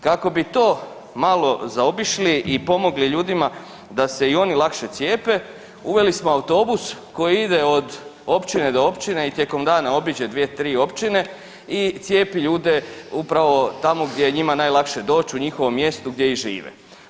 Kako bi to malo zaobišli i pomogli ljudima da se i oni lakše cijepe uveli smo autobus koji ide od općine do općine i tijekom dana obiđe 2-3 općine i cijepi ljude upravo tamo gdje je njima najlakše doći u njihovom mjestu gdje i žive.